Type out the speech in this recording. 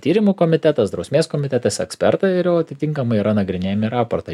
tyrimų komitetas drausmės komitetas ekspertai ir jau atitinkamai yra nagrinėjami raportai